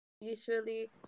usually